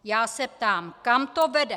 Já se ptám: Kam to vede?